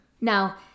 Now